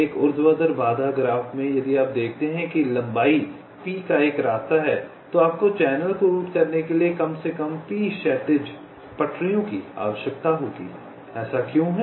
एक ऊर्ध्वाधर बाधा ग्राफ में यदि आप देखते हैं कि लंबाई p का एक रास्ता है तो आपको चैनल को रूट करने के लिए कम से कम p क्षैतिज पटरियों की आवश्यकता होगी ऐसा क्यों है